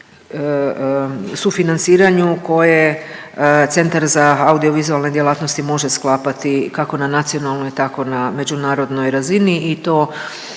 sufinanciranju koje Centar za audiovizualne djelatnosti može sklapati kako na nacionalnoj tako na međunarodnoj razini i to